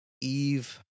Eve